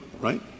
right